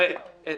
את